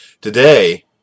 Today